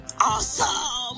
awesome